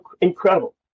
incredible